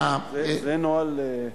זה מעוגן בנוהל?